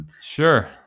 Sure